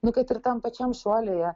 nu kad ir tam pačiam šuolyje